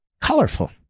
colorful